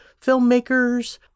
filmmakers